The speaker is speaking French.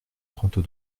trente